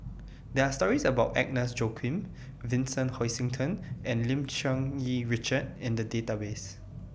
There Are stories about Agnes Joaquim Vincent Hoisington and Lim Cherng Yih Richard in The databases